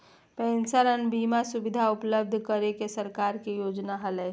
pension आर बीमा सुविधा उपलब्ध करे के सरकार के योजना हलय